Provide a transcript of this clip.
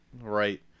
Right